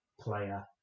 player